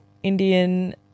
Indian